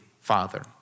father